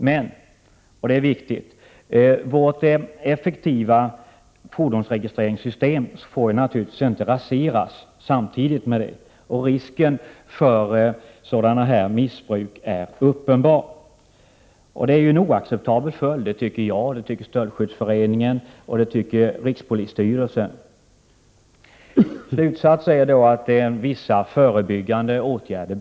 Men det är naturligtvis viktigt att vårt effektiva fordonsregistreringssystem inte får raseras i samband med detta. Risken för missbruk av det här slaget är uppenbar. Detta är en oacceptabel följdverkan — det tycker jag, det tycker stöldskyddsföreningen och rikspolisstyrelsen. Min slutsats blir då att det behövs vissa förebyggande åtgärder.